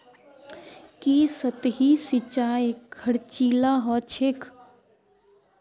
की सतही सिंचाई खर्चीला ह छेक